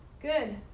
Good